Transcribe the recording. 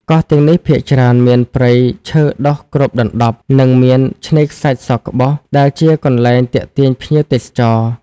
កោះទាំងនេះភាគច្រើនមានព្រៃឈើដុះគ្របដណ្តប់ និងមានឆ្នេរខ្សាច់សក្បុស ដែលជាកន្លែងទាក់ទាញភ្ញៀវទេសចរ។